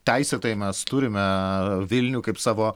teisėtai mes turime vilnių kaip savo